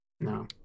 No